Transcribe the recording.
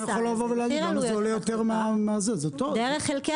זה טוב,